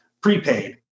prepaid